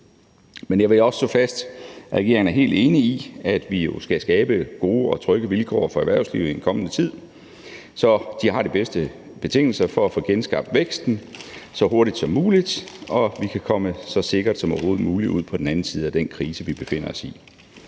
Men jeg vil også slå fast, at regeringen er helt enig i, at vi jo skal skabe gode og trygge vilkår for erhvervslivet i den kommende tid, så de har de bedste betingelser for at få genskabt væksten så hurtigt som muligt og vi kan komme så sikkert som overhovedet muligt ud på den anden side af den krise, vi befinder os i.